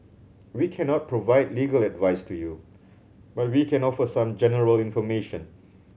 we cannot provide legal advice to you but we can offer some general information